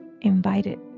invited